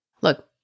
Look